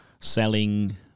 selling